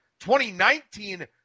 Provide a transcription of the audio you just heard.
2019